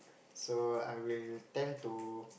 so I will tend to